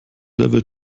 level